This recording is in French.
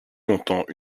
longtemps